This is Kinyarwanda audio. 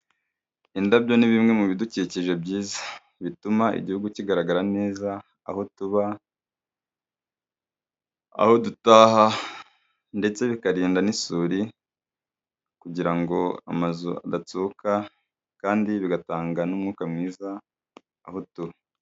Indabyo ni bimwe mu bidukikije byiza, bituma igihugu kigaragara neza, aho tuba, aho dutaha, ndetse bikarinda n'isuri kugira ngo amazu adatsuka, kandi bigatanga n'umwuka mwiza aho tuba.